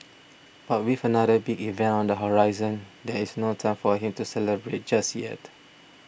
but with another big event on the horizon there is no time for him to celebrate just yet